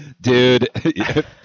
Dude